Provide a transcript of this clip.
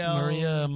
Maria